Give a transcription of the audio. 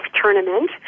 Tournament